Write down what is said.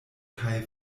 kaj